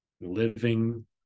living